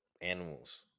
animals